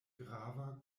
grava